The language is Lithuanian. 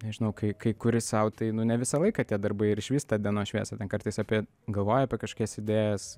nežinau kai kai kuri sau tai nu ne visą laiką tie darbai ir išvysta dienos šviesą ten kartais apie galvoji apie kažkias idėjas